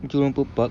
jurong bird park